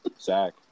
Zach